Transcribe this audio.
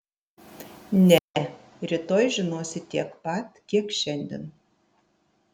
ne rytoj žinosi tiek pat kiek šiandien